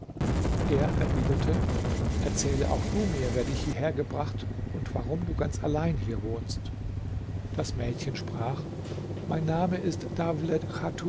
er erwiderte erzähle auch du mir wer dich hierher gebracht und warum du ganz allein hier wohnst das mädchen sprach mein name ist